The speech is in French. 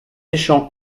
asséchant